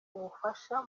ubufasha